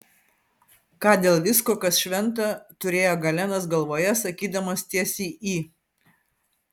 ką dėl visko kas šventa turėjo galenas galvoje sakydamas tiesiai į